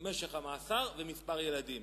משך המאסר ומספר הילדים.